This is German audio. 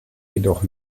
jedoch